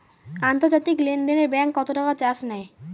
আন্তর্জাতিক লেনদেনে ব্যাংক কত টাকা চার্জ নেয়?